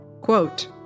Quote